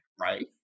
right